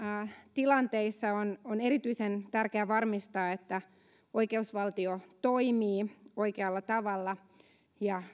tilanteissa on on erityisen tärkeää varmistaa että oikeusvaltio toimii oikealla tavalla ja